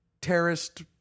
terrorist